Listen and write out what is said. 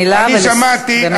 מילה, ומסכמים.